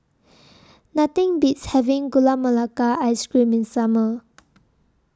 Nothing Beats having Gula Melaka Ice Cream in The Summer